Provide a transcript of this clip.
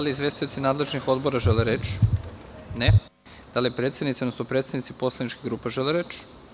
Da li izvestioci nadležnih odbora žele reč? (Ne.) Da li predsednici, odnosno predstavnici poslaničkih grupa žele reč?